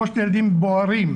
שלושת הילדים בוערים,